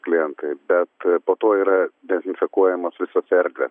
klientai bet po to yra dezinfekuojamos visos erdvės